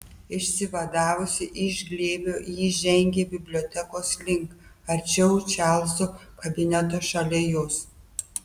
išsivadavusi iš glėbio ji žengė bibliotekos link arčiau čarlzo kabineto šalia jos